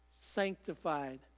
sanctified